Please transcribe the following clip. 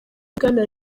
bwana